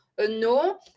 no